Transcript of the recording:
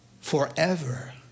forever